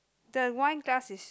the wine glass is